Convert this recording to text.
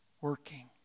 working